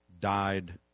died